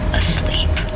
asleep